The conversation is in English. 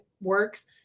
works